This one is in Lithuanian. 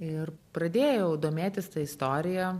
ir pradėjau domėtis ta istorija